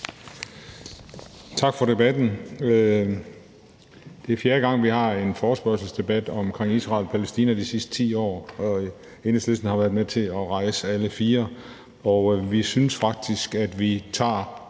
Tak for debatten. Det er fjerde gang, vi har en forespørgselsdebat omkring Israel og Palæstina i de sidste 10 år. Enhedslisten har været med til at rejse alle fire, og vi synes faktisk, at vi tager